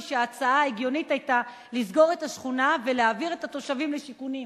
שההצעה ההגיונית היתה לסגור את השכונה ולהעביר את התושבים לשיכונים,